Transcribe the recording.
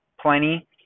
plenty